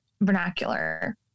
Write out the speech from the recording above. vernacular